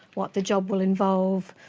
what the job will involve,